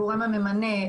הגורם הממנה,